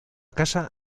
casa